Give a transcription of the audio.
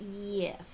Yes